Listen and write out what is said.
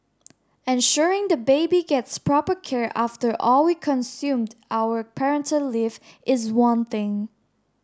ensuring the baby gets proper care after all we consume our parental leave is one thing